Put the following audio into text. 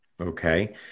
Okay